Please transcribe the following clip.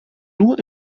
nur